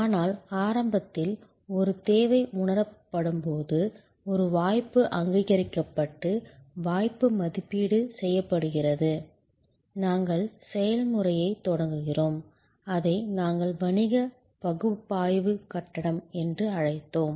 ஆனால் ஆரம்பத்தில் ஒரு தேவை உணரப்படும்போது ஒரு வாய்ப்பு அங்கீகரிக்கப்பட்டு வாய்ப்பு மதிப்பீடு செய்யப்படுகிறது நாங்கள் செயல்முறையைத் தொடங்குகிறோம் அதை நாங்கள் வணிக பகுப்பாய்வு கட்டம் என்று அழைத்தோம்